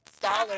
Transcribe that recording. dollars